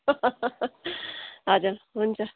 हजुर हुन्छ